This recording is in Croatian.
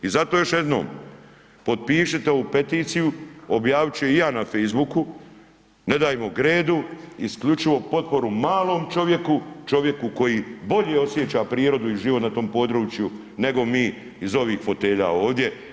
I zato još jednom, potpišite ovu peticiju, objavit ću i ja na Facebooku, ne dajmo Gredu, isključivo potporu malom čovjeku, čovjeku koji bolje osjeća prirodu i život na tom području nego mi iz ovih fotelja ovdje.